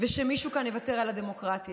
ושמישהו כאן יוותר על הדמוקרטיה.